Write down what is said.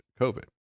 COVID